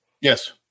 Yes